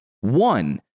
One